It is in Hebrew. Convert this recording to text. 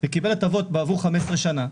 וקיבל הטבות עבור 15 שנים,